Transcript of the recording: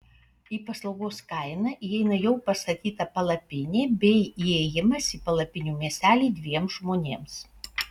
į paslaugos kainą įeina jau pastatyta palapinė bei įėjimas į palapinių miestelį dviems žmonėms